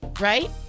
right